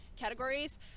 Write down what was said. categories